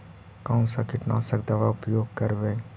कोन सा कीटनाशक दवा उपयोग करबय?